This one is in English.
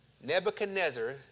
Nebuchadnezzar